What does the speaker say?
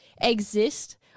exist